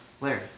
Larry